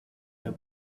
the